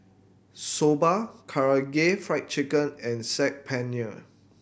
Soba Karaage Fried Chicken and Saag Paneer